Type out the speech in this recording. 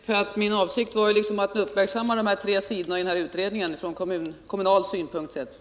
Fru talman! Min avsikt var att uppmärksamma de tre sidorna i utredningen från kommunal synpunkt sett.